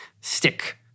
stick